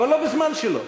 אבל לא בזמן שלו.